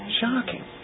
shocking